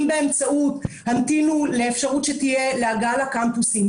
אם באמצעות המתינו לאפשרות שתהיה להגעה לקמפוסים.